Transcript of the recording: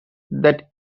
that